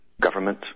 government